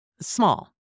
Small